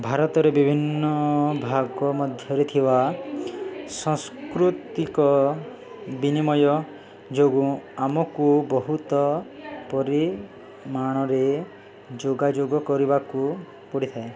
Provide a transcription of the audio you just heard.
ଭାରତରେ ବିଭିନ୍ନ ଭାଗ ମଧ୍ୟରେ ଥିବା ସାଂସ୍କୃତିକ ବିନିମୟ ଯୋଗୁଁ ଆମକୁ ବହୁତ ପରିମାଣରେ ଯୋଗାଯୋଗ କରିବାକୁ ପଡ଼ିଥାଏ